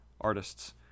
artists